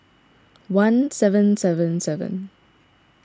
one seven seven seven